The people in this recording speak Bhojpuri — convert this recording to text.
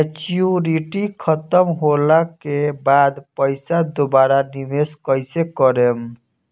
मेचूरिटि खतम होला के बाद पईसा दोबारा निवेश कइसे करेम?